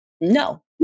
No